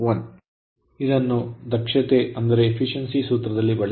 ಆದ್ದರಿಂದ ಇದನ್ನು ದಕ್ಷತೆಯ ಸೂತ್ರದಲ್ಲಿ ಬಳಸಿ